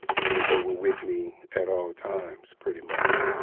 you know they were with me at all times pretty much.